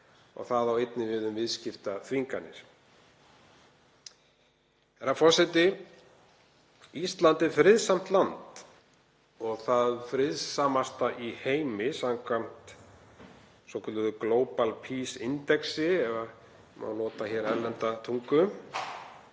Það á einnig við um viðskiptaþvinganir. Herra forseti. Ísland er friðsamt land og það friðsamasta í heimi samkvæmt svokölluðu Global Peace indexi, ef má nota erlenda tungu,